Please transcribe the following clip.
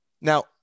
now